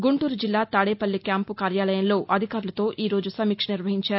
గుంటూరు జిల్లా తాదేపల్లి క్వాంపు కార్యాలయంలో అధికారులతో ఈరోజు సమీక్ష నిర్వహించారు